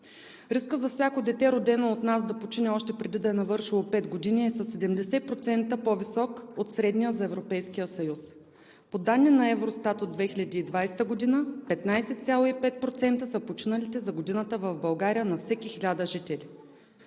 Рискът за всяко дете, родено у нас, да почине още преди да е навършило 5 години, е със 70% по-висок от средния за Европейския съюз. По данни на Евростат от 2020 г. 15,5% са починалите за годината в България на всеки 1000 жители.